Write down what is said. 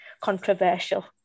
controversial